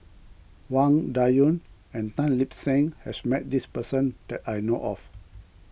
Wang Dayuan and Tan Lip Seng has met this person that I know of